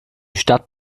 stadt